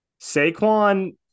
Saquon